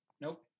nope